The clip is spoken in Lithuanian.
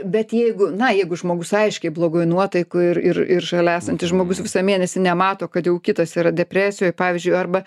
bet jeigu na jeigu žmogus aiškiai blogoj nuotaikoj ir ir šalia esantis žmogus visą mėnesį nemato kad jau kitas yra depresijoj pavyzdžiui arba